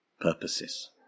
purposes